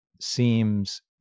seems